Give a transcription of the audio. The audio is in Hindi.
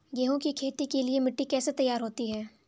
गेहूँ की खेती के लिए मिट्टी कैसे तैयार होती है?